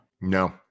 No